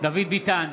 דוד ביטן,